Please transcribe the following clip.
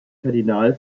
kardinal